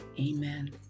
Amen